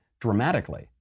dramatically